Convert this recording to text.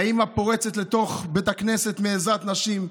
האימא פורצת לתוך בית הכנסת מעזרת נשים,